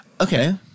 Okay